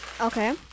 Okay